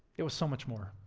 it was so much more.